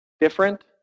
different